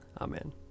Amen